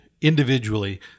individually